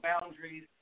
boundaries